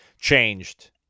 changed